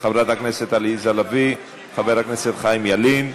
הכנסת עליזה לביא וחבר הכנסת חיים ילין.